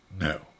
no